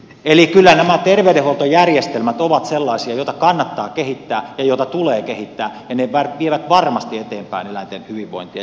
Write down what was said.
eli kyllä nämä terveydenhuoltojärjestelmät ovat sellaisia joita kannattaa kehittää ja joita tulee kehittää ja ne vievät varmasti eteenpäin eläinten hyvinvointia